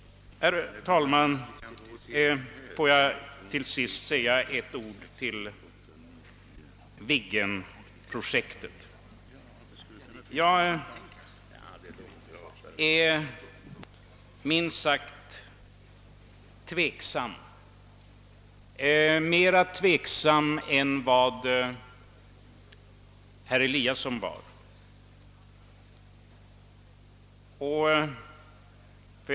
Herr talman! Får jag till sist säga ett ord om Viggenprojektet. Jag är minst sagt tveksam, mer tveksam än vad herr Eliasson i Sundborn var.